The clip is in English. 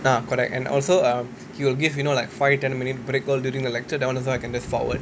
ah correct and also um he will give like you know five ten minute break all during the lecture that [one] also I can just forward